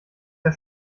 der